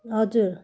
हजुर